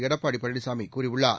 எடப்பாடி பழனிசாமி கூறியுள்ளார்